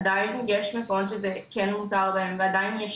עדיין יש מקומות שזה כן מותר בהם ועדיין יש